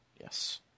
yes